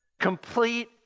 Complete